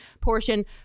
portion